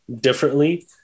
differently